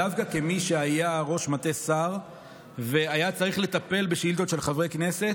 דווקא כמי שהיה ראש מטה שר והיה צריך לטפל בשאילתות של חברי כנסת,